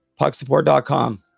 PuckSupport.com